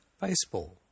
baseball